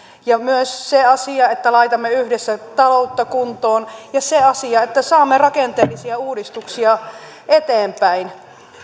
ja myös se asia että laitamme yhdessä taloutta kuntoon ja se asia että saamme rakenteellisia uudistuksia eteenpäin